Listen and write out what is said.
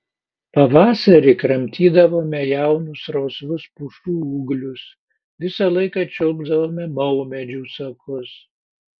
pavasarį kramtydavome jaunus rausvus pušų ūglius visą laiką čiulpdavome maumedžių sakus